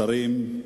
שרים,